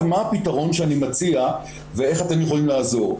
מה הפתרון שאני מציע ואיך אתם יכולים לעזור?